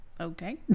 okay